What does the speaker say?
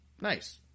nice